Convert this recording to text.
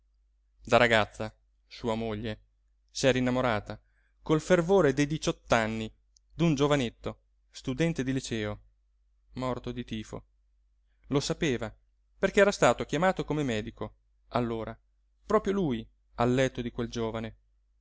da ragazza sua moglie s'era innamorata col fervore dei diciott'anni d'un giovanetto studente di liceo morto di tifo lo sapeva perché era stato chiamato come medico allora proprio lui al letto di quel giovane